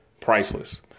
priceless